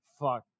fuck